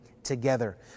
together